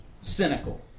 Cynical